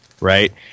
right